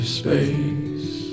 space